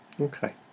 Okay